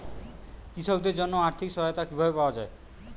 কৃষকদের জন্য আর্থিক সহায়তা কিভাবে পাওয়া য়ায়?